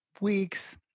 weeks